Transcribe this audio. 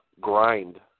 grind